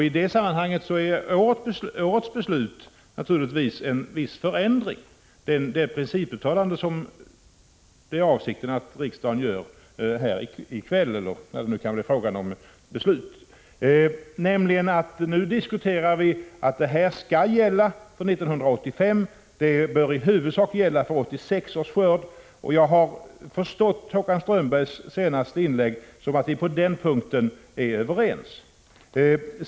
I det sammanhanget innebär årets beslut — det principuttalande som det är avsikten att riksdagen skall göra nu i kväll eller när det nu kan bli fråga om beslut — naturligtvis en viss förändring. Nu diskuterar vi att det här skall gälla för 1985, och det bör i huvudsak gälla för 1986 års skörd. Jag har förstått Håkan Strömbergs senaste inlägg så, att vi på den punkten är överens.